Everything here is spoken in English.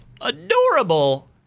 adorable